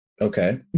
Okay